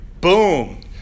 Boom